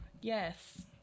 Yes